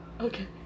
Okay